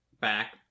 back